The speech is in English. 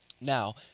Now